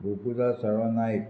Rutuja Savalo Naik